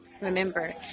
Remember